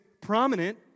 prominent